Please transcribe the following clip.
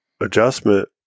adjustment